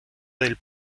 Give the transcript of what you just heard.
del